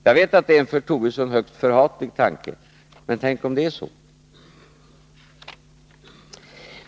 Jag vet att det är en för Lars Tobisson högst förhatlig tanke, men tänk om det är så!